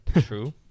True